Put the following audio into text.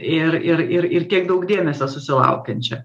ir ir ir ir tiek daug dėmesio susilaukiančia